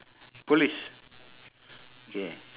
police K